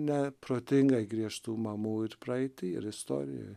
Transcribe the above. neprotingai griežtų mamų ir praeity ir istorijoj